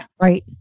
Right